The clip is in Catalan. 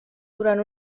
durant